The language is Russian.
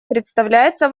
представляется